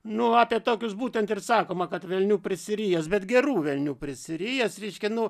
nu o apie tokius būtent ir sakoma kad velnių prisirijęs bet gerų velnių prisirijęs reiškia nu